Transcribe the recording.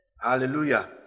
Hallelujah